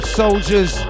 soldiers